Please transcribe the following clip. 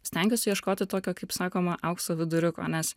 stengiuosi ieškoti tokio kaip sakoma aukso viduriuko nes